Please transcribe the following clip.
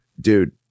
dude